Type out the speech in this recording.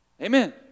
Amen